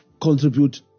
contribute